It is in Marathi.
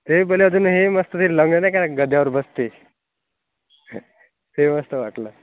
ते पहिले अजून हे मस्त ते लंग नाही का ते गध्यावर बसते ते मस्त वाटलं